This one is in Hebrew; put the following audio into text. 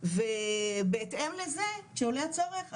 ובהתאם לזה כשעולה הצורך,